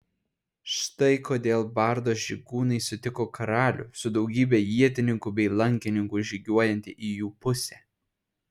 štai kodėl bardo žygūnai sutiko karalių su daugybe ietininkų bei lankininkų žygiuojantį į jų pusę